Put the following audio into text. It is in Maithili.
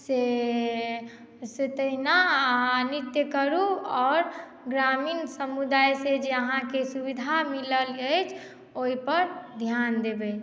से से तहिना अहाँ नृत्य करू आओर ग्रामीण समुदाय से जे जे अहाँके सुविधा मिलल अछि ओइपर ध्यान देबय